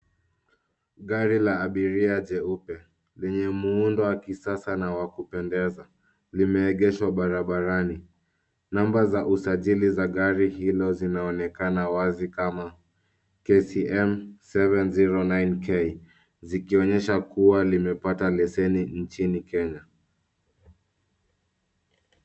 Gari la abiria jeupe lenye muundo wa kisasa na wa kupendeza limeegeshwa barabarani. Namba za sajili wa gari hilo zinaonekana wazi kama KCM 709K zikionyesha kuwa limepata leseni nchini Kenya.